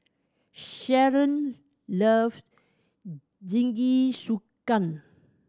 Shalon love Jingisukan